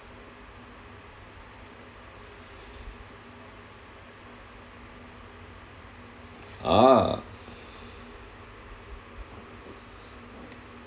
ah